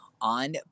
on